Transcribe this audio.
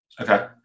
Okay